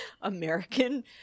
American